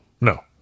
No